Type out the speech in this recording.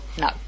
No